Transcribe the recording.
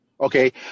Okay